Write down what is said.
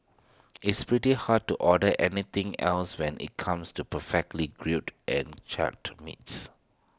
it's pretty hard to order anything else when IT comes to perfectly grilled and charred meats